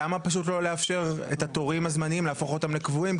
למה לא פשוט לאפשר להפוך את התורים הזמניים לקבועים?